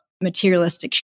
materialistic